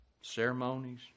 ceremonies